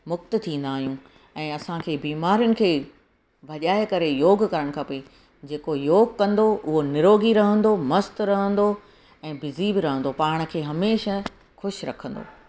मुक्ति थींदा आहियूं ऐं असांखे बीमारियुनि खे भॼाए करे योॻु करणु खपे जेको योॻु कंदो उहो निरोगी रहंदो मस्तु रहंदो ऐं बिज़ी बि रहंदो पाणखे हमेशह ख़ुशि रखंदो